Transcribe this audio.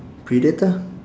predator